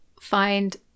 find